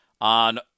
on